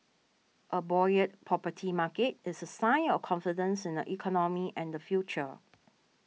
a buoyant property market is a sign of confidence in the economy and the future